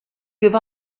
give